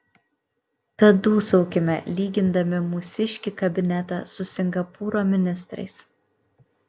tad dūsaukime lygindami mūsiškį kabinetą su singapūro ministrais